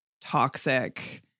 toxic